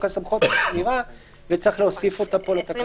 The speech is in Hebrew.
הסמכויות וצריך להוסיף אותה כאן לתקנות.